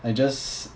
I just